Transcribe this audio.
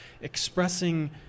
expressing